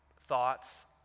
thoughts